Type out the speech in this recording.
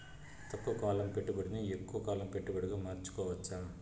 తక్కువ కాలం పెట్టుబడిని ఎక్కువగా కాలం పెట్టుబడిగా మార్చుకోవచ్చా?